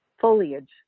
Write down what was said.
foliage